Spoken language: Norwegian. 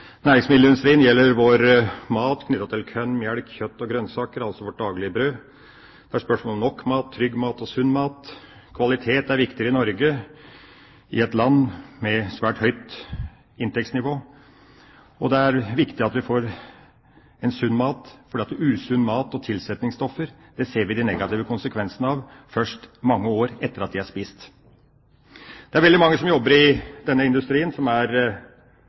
gjelder vår mat knyttet til korn, melk, kjøtt og grønnsaker, altså vårt daglige brød. Det er spørsmål om nok mat, trygg mat og sunn mat. Kvalitet er viktig i Norge, i et land med et svært høyt inntektsnivå. Det er viktig at vi får sunn mat, for de negative konsekvensene av usunn mat og tilsetningsstoffer ser vi først etter mange år. Det er veldig mange som jobber i denne industrien, som er